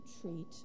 treat